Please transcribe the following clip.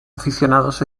aficionados